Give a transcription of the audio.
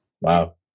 Wow